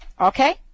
okay